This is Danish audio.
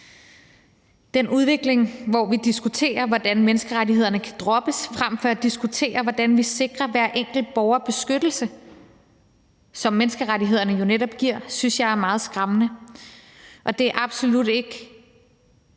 Den udvikling, hvor vi diskuterer, hvordan menneskerettighederne kan droppes, frem for at diskutere, hvordan vi sikrer hver enkelt borger beskyttelse, som menneskerettighederne jo netop giver, synes jeg er meget skræmmende, og det er absolut ikke